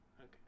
Okay